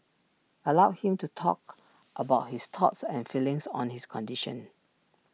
allow him to talk about his thoughts and feelings on his condition